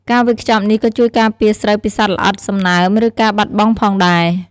ការវេចខ្ចប់នេះក៏ជួយការពារស្រូវពីសត្វល្អិត សំណើម ឬការបាត់បង់ផងដែរ។